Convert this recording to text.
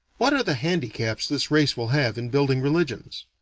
what are the handicaps this race will have in building religions?